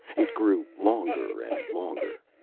it grew longer and longer.